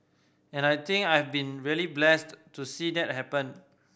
and I think I've been really blessed to see that happen